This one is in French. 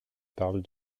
parle